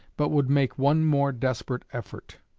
but would make one more desperate effort.